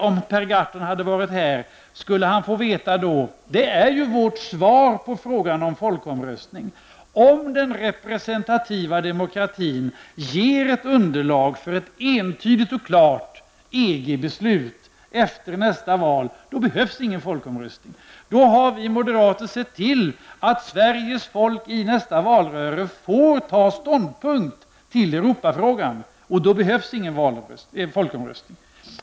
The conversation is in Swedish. Om Per Gahrton hade varit här skulle han få veta att detta är vårt svar på frågan om folkomröstning. Om den representativa demokratin ger ett underlag för ett entydigt och klart EG-beslut efter nästa val, då behövs ingen folkomröstning. Då har vi moderater sett till att Sveriges folk i nästa valrörelse får ta ståndpunkt i Europafrågan, och då behövs ingen folkomröstning.